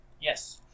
Yes